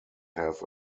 have